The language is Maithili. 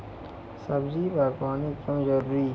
सब्जी बागवानी क्यो जरूरी?